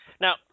Now